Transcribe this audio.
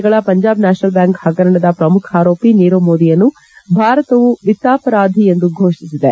ಗಳ Punjab national bank ಹಗರಣದ ಪ್ರಮುಖ ಆರೋಪಿ ನೀರವ್ ಮೋದಿಯನ್ನು ಭಾರತವು ವಿತ್ತಾಪರಾಧಿ ಎಂದು ಫೋಷಿಸಿದೆ